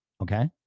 Okay